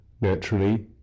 naturally